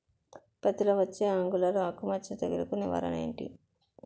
పత్తి లో వచ్చే ఆంగులర్ ఆకు మచ్చ తెగులు కు నివారణ ఎంటి?